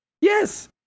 Yes